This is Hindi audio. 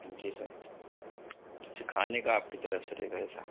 जी सर खाने का आपकी तरफ़ से रहेगा ऐसा